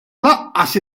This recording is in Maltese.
lanqas